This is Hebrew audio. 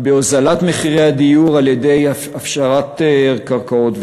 להוזלת מחירי הדיור על-ידי הפשרת קרקעות,